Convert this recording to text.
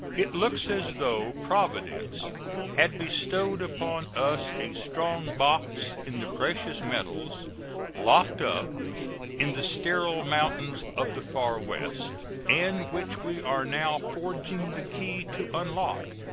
it looks as though providence had bestowed upon us a strong box in the precious metals locked up in the sterile mountains of the far west, and which we are now forging the key to unlock,